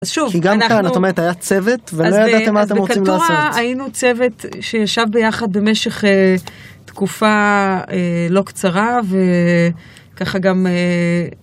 ‫אז שוב, אנחנו... ‫-כי גם כאן, זאת אומרת, היה צוות, ‫ולא ידעתם מה אתם רוצים לעשות. ‫-אז בקלטורה היינו צוות ‫שישב ביחד במשך תקופה לא קצרה, ‫וככה גם...